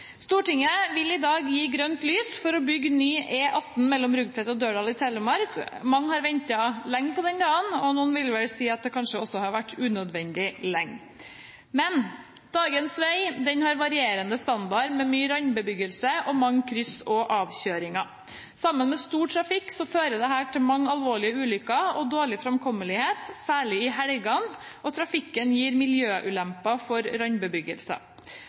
Stortinget vil i dag gi grønt lys for å bygge ny E18 mellom Rugtvedt og Dørdal i Telemark. Mange har ventet lenge på denne dagen – noen vil vel si at det kanskje har vært unødvendig lenge. Dagens vei har varierende standard, med mye randbebyggelse og mange kryss og avkjøringer. Sammen med stor trafikk fører dette til mange alvorlige ulykker og dårlig framkommelighet, særlig i helgene. Trafikken gir miljøulemper for